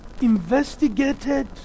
investigated